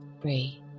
breathe